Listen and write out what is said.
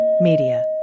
Media